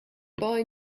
boy